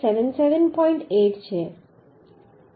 8 છે